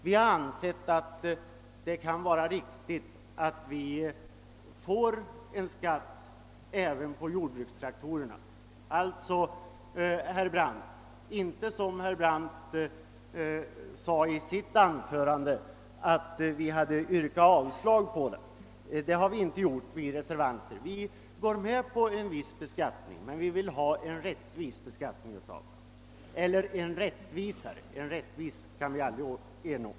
Vi har ansett att det kan vara riktigt att vi får skatt även på jordbrukstraktorerna. Herr Brandt sade, att vi hade yrkat avslag på förslaget. Det har vi reservanter inte gjort. Vi går med på att det bör vara en viss beskattning, men vi vill ha en rättvisare beskattning — en rättvis kan vi aldrig ernå.